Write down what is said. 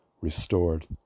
restored